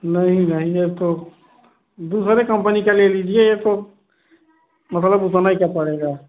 नहीं नहीं ये तो दूसरे कंपनी का ले लीजिए ये तो मतलब उतने का पड़ेगा